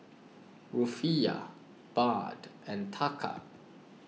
Rufiyaa Baht and Taka